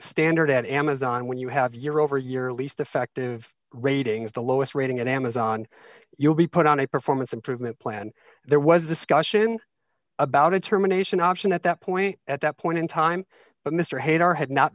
standard at amazon when you have year over year lease defective ratings the lowest rating at amazon you'll be put on a performance improvement plan there was a discussion about a termination option at that point at that point in time but mr hadar had not